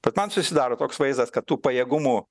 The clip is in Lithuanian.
bet man susidaro toks vaizdas kad tų pajėgumų